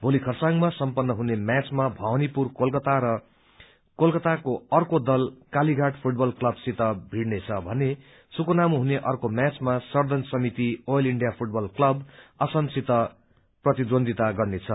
भोली खरसाङमा सम्पत्र हुने म्याचमा भवानीपुर कोलकता र कोलकता कै अर्को दल कालीघाट फूटबल क्लबसित भीड़ने छ भने सुकुनामा हुने अर्को म्याचमा southern Samiti Oil India football club असमसित प्रतिद्वन्द्विता गर्नेछ